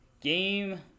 game